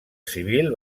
civil